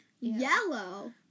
Yellow